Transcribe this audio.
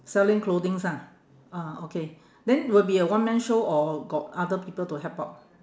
selling clothings ah ah okay then will be a one-man show or or got other people to help out